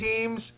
teams